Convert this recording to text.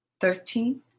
thirteen